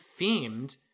themed